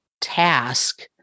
task